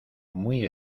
muy